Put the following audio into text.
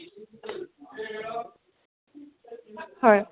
হয়